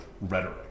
rhetoric